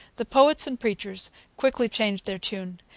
the poets and preachers quickly changed their tune.